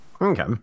Okay